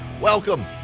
Welcome